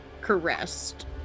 caressed